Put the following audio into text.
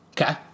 Okay